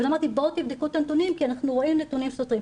אבל אמרתי 'בואו תבדקו את הנתונים כי אנחנו רואים נתונים סותרים'.